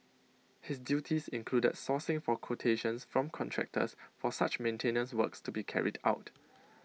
his duties included sourcing for quotations from contractors for such maintenance works to be carried out